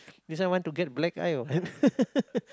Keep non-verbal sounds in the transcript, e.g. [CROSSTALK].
this one want to get black eye or what [LAUGHS]